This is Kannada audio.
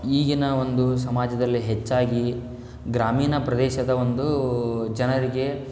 ಈಗಿನ ಒಂದು ಸಮಾಜದಲ್ಲಿ ಹೆಚ್ಚಾಗಿ ಗ್ರಾಮೀಣ ಪ್ರದೇಶದ ಒಂದು ಜನರಿಗೆ